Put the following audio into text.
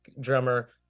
drummer